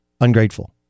ungrateful